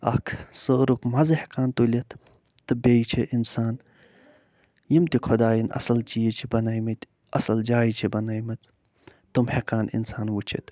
اکھ سٲرُک مَزٕ ہٮ۪کان تُلِتھ تہٕ بیٚیہِ چھِ اِنسان یِم تہِ خۄداین اصٕل چیٖز چھِ بنٲیمٕتۍ اصل جایہِ چھِ بنٲیمژ تِم ہٮ۪کان اِنسان وٕچھِتھ